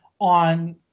on